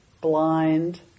blind